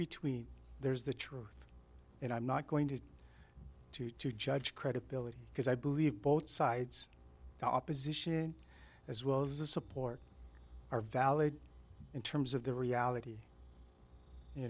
between there is the truth and i'm not going to do to judge credibility because i believe both sides the opposition as well as the support are valid in terms of the reality you